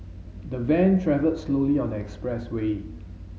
the van travelled slowly on the expressway